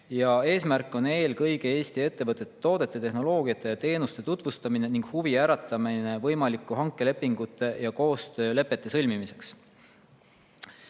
Eesmärk on eelkõige Eesti ettevõtete toodete, tehnoloogiate ja teenuste tutvustamine ning huvi äratamine võimalike hankelepingute ja koostöölepete sõlmimiseks.